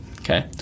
okay